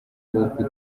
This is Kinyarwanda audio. bwo